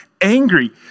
angry